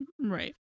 Right